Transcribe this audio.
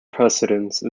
precedence